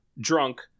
drunk